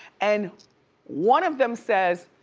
and one of them says,